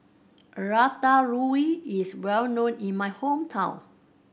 ratatouille is well known in my hometown